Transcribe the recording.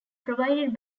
provided